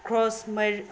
cross